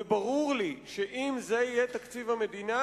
וברור לי שאם זה יהיה תקציב המדינה,